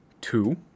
two